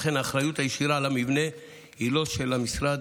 ולכן האחריות הישירה למבנה היא לא של המשרד,